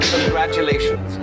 Congratulations